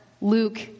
Luke